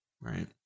Right